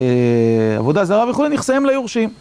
עבודה זרה וכולי, נכסיהם ליורשים.